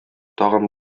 тагын